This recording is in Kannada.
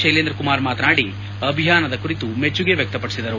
ಕೈಲೇಂದ್ರ ಕುಮಾರ್ ಮಾತನಾಡಿ ಅಭಿಯಾನ ಕುರಿತು ಮೆಚ್ಚುಗೆ ವ್ವಕ್ತಪಡಿಸಿದರು